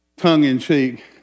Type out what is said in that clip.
tongue-in-cheek